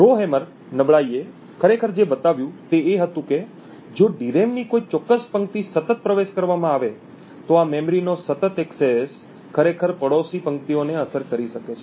Rowhammer નબળાઈએ ખરેખર જે બતાવ્યું તે એ હતું કે જો ડીરેમ ની કોઈ ચોક્કસ પંક્તિ સતત પ્રવેશ કરવામાં આવે તો આ મેમરીનો સતત એક્સેસ ખરેખર પડોશી પંક્તિઓને અસર કરી શકે છે